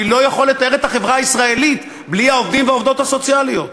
אני לא יכול לתאר את החברה הישראלית בלי העובדים והעובדות הסוציאליות.